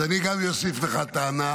אז אני גם אוסיף לך טענה,